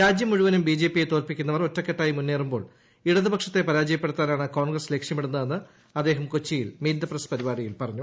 രാജ്യം മുഴുപ്പ്നും ബിജെപിയെ തോൽപിക്കുന്നവർ ഒറ്റക്കെട്ടായി മുന്നേറ്റുമ്പോൾ ഇടതുപക്ഷത്തെ പരാജയപ്പെടുത്താനാണ് കോൺഗ്രസ്സ് ല്ക്ഷ്യമിടുന്നതെന്ന് അദ്ദേഹം കൊച്ചിയിൽ മീറ്റ് ദ ഫ്രിസ്ട് പ്രിപാടിയിൽ പറഞ്ഞു